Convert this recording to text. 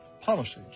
policies